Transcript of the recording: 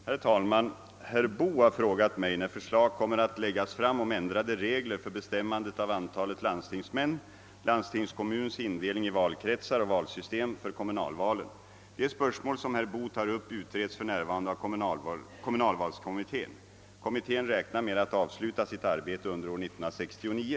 Herr talman! Herr Boo har frågat mig när förslag kommer att läggas fram om ändrade regler för bestämmandet av antalet landstingsmän, landstingskommuns indelning i valkretsar och valsystem för kommunalvalen. De spörsmål som herr Boo tar upp utreds för närvarande av kommunalvalskommittén. Kommittén räknar med att avsluta sitt arbete under år 1969.